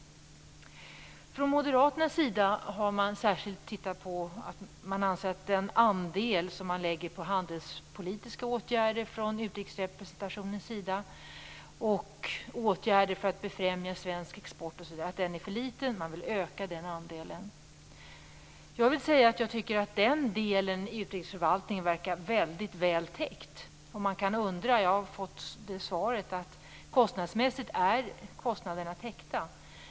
Moderaterna anser att den andel som utrikesrepresentationen lägger på handelspolitiska åtgärder - åtgärder för att främja svensk export osv. - är för liten. Man vill öka den. Jag vill säga att jag tycker att den delen av utrikesförvaltningen verkar väldigt väl täckt. Man kan undra över det här, och jag har fått svaret att kostnaderna är täckta.